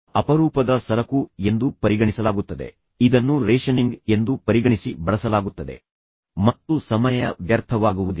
ಸಮಯವನ್ನು ಒಂದು ಅಪರೂಪದ ಸರಕು ಎಂದು ಪರಿಗಣಿಸಲಾಗುತ್ತದೆ ಇದನ್ನು ರೇಷನಿಂಗ್ ಎಂದು ಪರಿಗಣಿಸಿ ಬಳಸಲಾಗುತ್ತದೆ ಮತ್ತು ಸಮಯ ವ್ಯರ್ಥವಾಗುವುದಿಲ್ಲ